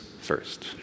first